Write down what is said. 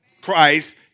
Christ